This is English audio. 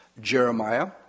Jeremiah